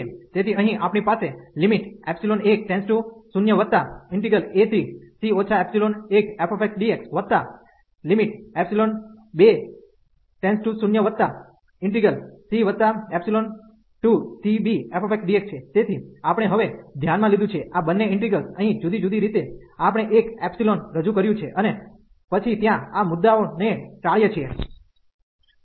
તેથી અહીં આપણી પાસે10⁡ac 1fxdx20⁡c2bfxdx છે તેથી આપણે હવે ધ્યાનમાં લીધું છે આ બંને ઇન્ટિગ્રેલ્સ અહીં જુદી જુદી રીતે આપણે એક એપ્સીલોન રજૂ કર્યું છે અને પછી ત્યાં આ મુદ્દાને ટાળીએ છીએ